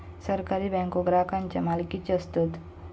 सहकारी बँको ग्राहकांच्या मालकीचे असतत